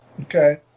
Okay